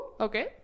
Okay